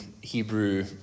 Hebrew